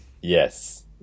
Yes